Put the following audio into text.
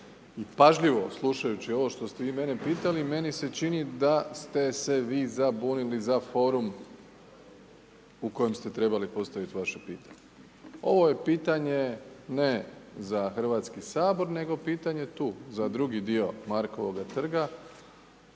Pažljivo slušajući ovo što ste vi mene pitali meni se čini da ste se vi zabunili za forum u kojem ste trebali postaviti vaše pitanje. Ovo je pitanje ne za Hrvatski sabor, nego pitanje tu, za drugi dio Markovoga trga,